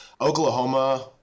oklahoma